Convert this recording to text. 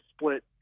split